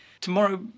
tomorrow